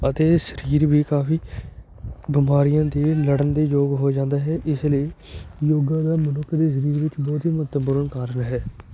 ਅਤੇ ਸਰੀਰ ਵੀ ਕਾਫੀ ਬਿਮਾਰੀਆਂ ਦੇ ਲੜਨ ਦੇ ਯੋਗ ਹੋ ਜਾਂਦਾ ਹੈ ਇਸ ਲਈ ਯੋਗਾ ਦਾ ਮਨੁੱਖ ਦੇ ਸਰੀਰ ਵਿੱਚ ਬਹੁਤ ਹੀ ਮਹੱਤਵਪੂਰਨ ਕਾਰਨ ਹੈ